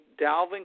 Dalvin